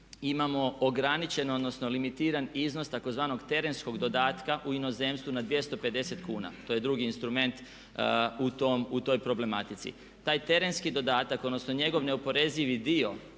imamo ograničen, odnosno limitiran iznos tzv. terenskog dodatka u inozemstvu na 250 kuna, to je drugi instrument u toj problematici. Taj terenski dodatak, odnosno njegov neoporezivi dio